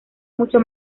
mucho